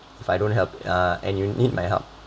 if I don't help uh and you need my help